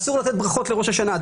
אסור לתת ברכות לראש השנה.